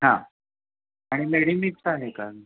हां आणि मेडिमिक्स आहे का